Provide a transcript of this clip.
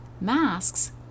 Masks